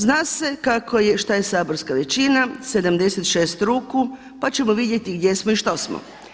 Zna se šta je saborska većina, 76 ruku pa ćemo vidjeti gdje smo i što smo.